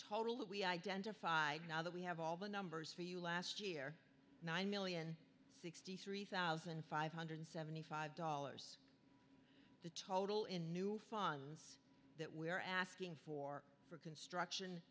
that we identified now that we have all the numbers for you last year nine million and sixty three one thousand five hundred and seventy five dollars the total in new funds that we are asking for for construction